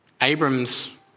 Abram's